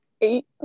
Eight